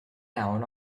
down